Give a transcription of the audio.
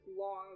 long